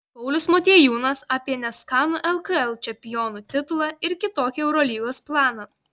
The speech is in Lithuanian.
paulius motiejūnas apie neskanų lkl čempionų titulą ir kitokį eurolygos planą